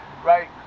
right